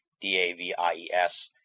D-A-V-I-E-S